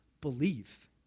believe